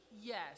Yes